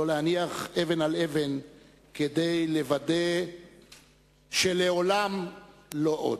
לא להניח אבן על אבן כדי לוודא שלעולם לא עוד.